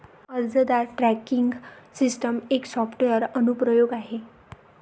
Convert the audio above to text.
अर्जदार tracking system एक software अनुप्रयोग आहे